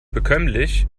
bekömmlich